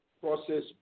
process